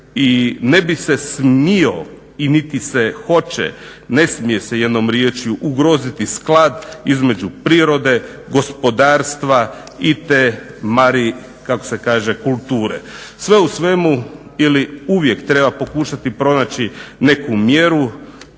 i ne bi se smio i niti se hoće, ne smije se jednom riječju ugroziti sklad između prirode, gospodarstva i te marikulture. Sve u svemu, ili uvijek treba pokušati pronaći neku mjeru.